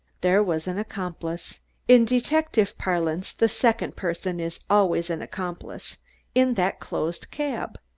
there was an accomplice in detective parlance the second person is always an accomplice in that closed cab!